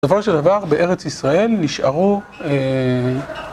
בסופו של דבר, בארץ ישראל נשארו...